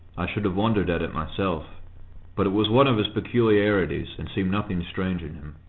i should have wondered at it myself but it was one of his peculiarities, and seemed nothing strange in him.